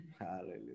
Hallelujah